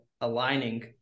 aligning